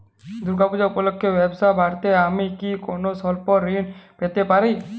দূর্গা পূজা উপলক্ষে ব্যবসা বাড়াতে আমি কি কোনো স্বল্প ঋণ পেতে পারি?